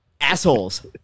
Assholes